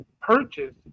purchase